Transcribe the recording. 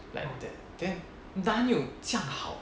like that then 哪里有这样好